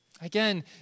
Again